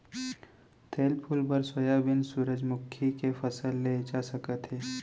तेल फूल बर सोयाबीन, सूरजमूखी के फसल ले जा सकत हे